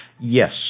Yes